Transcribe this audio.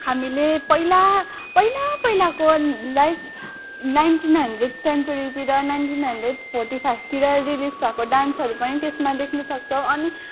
हामीले पहिला पहिला पहिलाको लाइक नाइन्टिन हन्ड्रेट सेन्चुरीतिर नाइन्टिन हन्ड्रेट फोर्टी फाइभतिर रिलिज भएको डान्सहरू पनि त्यसमा देख्नु सक्छौँ अनि